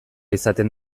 izaten